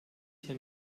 hier